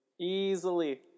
easily